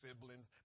siblings